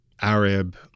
Arab